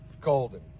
golden